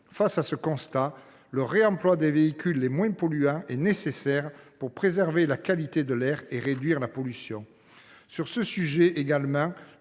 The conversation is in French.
Face à ce constat, le réemploi des véhicules les moins polluants est nécessaire pour préserver la qualité de l’air et réduire la pollution. Sur ce sujet également,